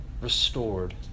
restored